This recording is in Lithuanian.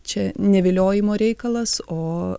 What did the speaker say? čia ne viliojimo reikalas o